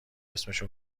اسمشو